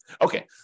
Okay